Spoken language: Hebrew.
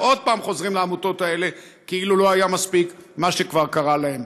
ועוד פעם חוזרים לעמותות האלה כאילו לא היה מספיק מה שכבר קרה להם.